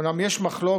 אומנם יש מחלוקת